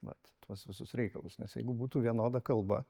vat tuos visus reikalus nes jeigu būtų vienoda kalba